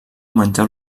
menjar